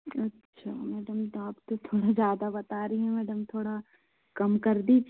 अच्छा मैडम तो आप तो थोड़ा ज़्यादा बता रही हैं मैडम थोड़ा कम कर दीजिए